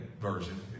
version